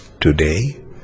today